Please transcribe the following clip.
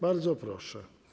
Bardzo proszę.